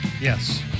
Yes